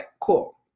cool